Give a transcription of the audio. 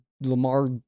Lamar